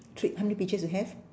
three how many peaches you have